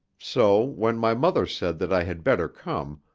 so when my mother said that i had better come,